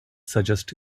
suggest